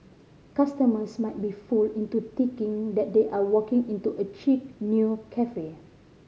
customers might be fooled into ticking that they are walking into a chic new cafe